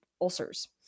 Ulcers